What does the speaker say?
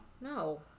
No